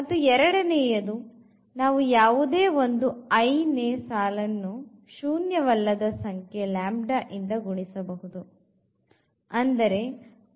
ಮತ್ತು ಎರಡನೆಯದು ನಾವು ಯಾವುದೇ ಒಂದು i ನೇ ಸಾಲನ್ನು ಒಂದು ಶೂನ್ಯವಲ್ಲದ ಸಂಖ್ಯೆ ಲಾಂಬ್ದಾ ಇಂದ ಗುಣಿಸಬಹುದು